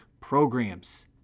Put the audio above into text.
programs